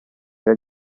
era